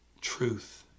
truth